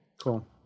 Cool